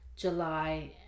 July